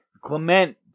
Clement